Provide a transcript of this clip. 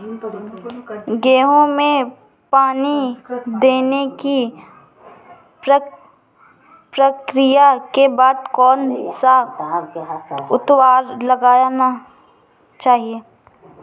गेहूँ में पानी देने की प्रक्रिया के बाद कौन सा उर्वरक लगाना चाहिए?